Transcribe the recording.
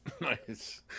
Nice